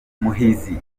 muhizi